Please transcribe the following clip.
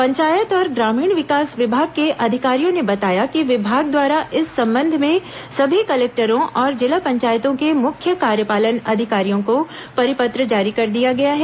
पंचायत और ग्रामीण विकास विभाग के अधिकारियों ने बताया कि विभाग द्वारा इस संबंध में सभी कलेक्टरों और जिला पंचायतों के मुख्य कार्यपालन अधिकारियों को परिपत्र जारी कर दिया गया है